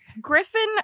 Griffin